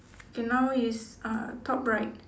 K now is uh top right